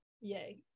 Yay